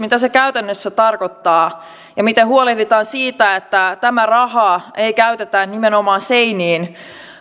käytännössä tarkoittaa ja miten huolehditaan siitä että tätä rahaa ei käytetä nimenomaan seiniin